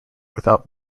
without